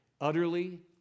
utterly